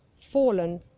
fallen